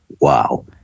Wow